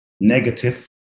negative